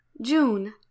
june